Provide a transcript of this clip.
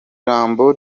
jambo